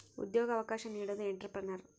ಉದ್ಯೋಗ ಅವಕಾಶ ನೀಡೋದು ಎಂಟ್ರೆಪ್ರನರ್